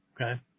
Okay